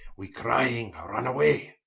we crying runne away.